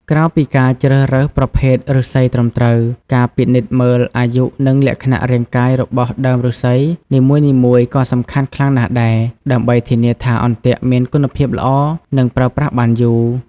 ក្រៅពីការជ្រើសរើសប្រភេទឫស្សីត្រឹមត្រូវ ការពិនិត្យមើលអាយុនិងលក្ខណៈរាងកាយរបស់ដើមឫស្សីនីមួយៗក៏សំខាន់ខ្លាំងណាស់ដែរ ដើម្បីធានាថាអន្ទាក់មានគុណភាពល្អនិងប្រើប្រាស់បានយូរ។